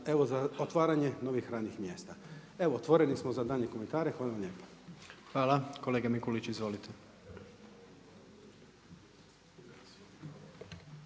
za otvaranje novih radnih mjesta. Evo otvoreni smo za daljnji komentare. Hvala vam lijepa. **Jandroković, Gordan